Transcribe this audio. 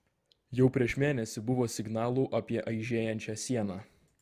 jau prieš mėnesį buvo signalų apie aižėjančią sieną